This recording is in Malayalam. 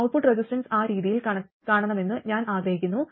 ഔട്ട്പുട്ട് റെസിസ്റ്റൻസ് ആ രീതിയിൽ കാണണമെന്ന് ഞാൻ ആഗ്രഹിക്കുന്നു